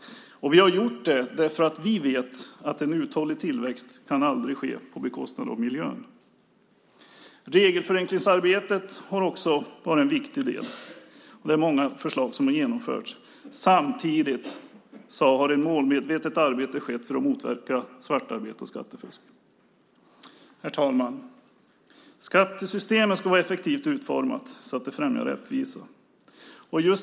Vi har gjort det eftersom vi vet att en uthållig tillväxt aldrig kan ske på bekostnad av miljön. Regelförenklingsarbetet har också varit en viktig del. Det är många förslag som har genomförts. Samtidigt har det skett ett målmedvetet arbete för att motverka svartarbete och skattefusk. Herr talman! Skattesystemet ska vara effektivt utformat så att det främjar rättvisa.